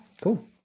cool